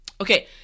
Okay